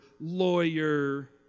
lawyer